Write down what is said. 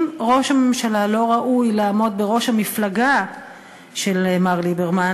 אם ראש הממשלה לא ראוי לעמוד בראש המפלגה של מר ליברמן,